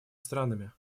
странами